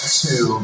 two